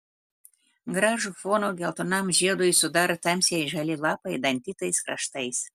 gražų foną geltonam žiedui sudaro tamsiai žali lapai dantytais kraštais